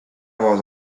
was